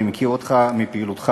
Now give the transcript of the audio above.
אני מכיר אותך מפעילותך,